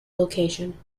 location